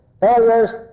Failures